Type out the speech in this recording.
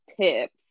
tips